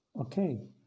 Okay